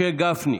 משה גפני,